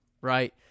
right